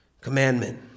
commandment